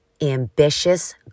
ambitious